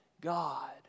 God